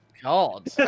God